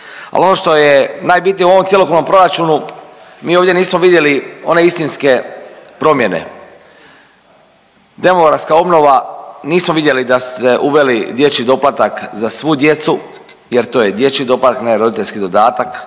Ali, ono to je najbitnije u ovoj cjelokupnom proračunu, mi ovdje nismo vidjeli one istinske promjene. Demografska obnova, nismo vidjeli da ste uveli dječji doplatak za svu djecu jer to je dječji doplatak, a ne roditeljski dodatka,